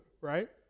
right